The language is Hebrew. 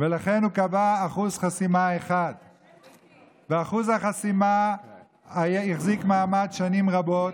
ולכן הוא קבע אחוז חסימה של 1%. אחוז החסימה החזיק מעמד שנים רבות,